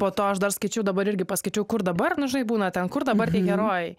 po to aš dar skaičiau dabar irgi paskaičiau kur dabar nu žinai būna ten kur dabar tie herojai